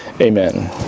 Amen